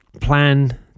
plan